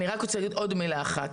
אני רוצה להגיד עוד מילה אחת.